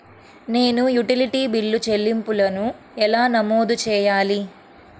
నేను utility bill చెల్లింపులను ఎలా నమోదు చేయాలి?